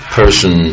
person